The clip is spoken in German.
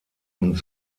und